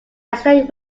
extent